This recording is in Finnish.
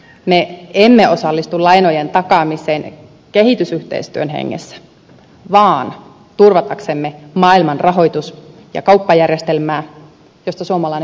me emme osallistu lainojen takaamiseen kehitysyhteistyön hengessä vaan turvataksemme maailman rahoitus ja kauppajärjestelmää josta suomalainen hyvinvointi riippuu